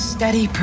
Steady